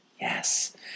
Yes